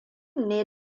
ne